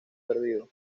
perdido